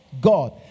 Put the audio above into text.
God